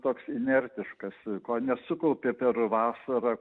toks inertiškas ko nesukaupė per vasarą